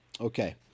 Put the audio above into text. Okay